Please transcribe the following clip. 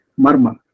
marma